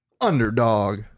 Underdog